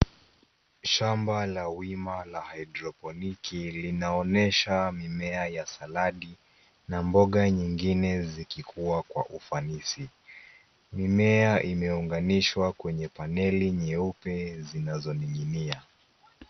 Shamba la wima la hydroponic linaonyesha mboga za salad na mboga nyingine zikikua kwa ufanisi. Mimea imeunganishwa kwenye panel nyeupe zinazoning'inia.